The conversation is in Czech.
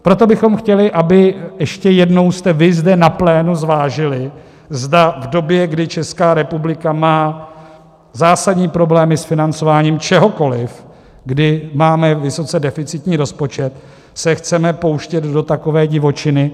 Proto bychom chtěli, abyste ještě jednou vy zde na plénu zvážili, zda v době, kdy Česká republika má zásadní problémy s financováním čehokoli, kdy máme vysoce deficitní rozpočet, se chceme pouštět do takové divočiny.